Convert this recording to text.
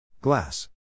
Glass